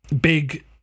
big